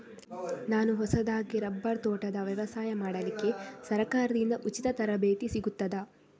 ನಾನು ಹೊಸದಾಗಿ ರಬ್ಬರ್ ತೋಟದ ವ್ಯವಸಾಯ ಮಾಡಲಿಕ್ಕೆ ಸರಕಾರದಿಂದ ಉಚಿತ ತರಬೇತಿ ಸಿಗುತ್ತದಾ?